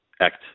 act